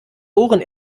ohren